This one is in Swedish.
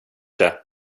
det